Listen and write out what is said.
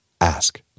ask